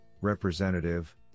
representative